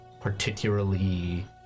particularly